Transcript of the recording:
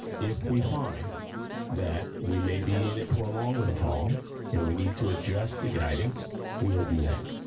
if we find that we may be in it for a longer haul and we need to adjust the guidance we will do that.